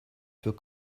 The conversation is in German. für